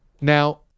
Now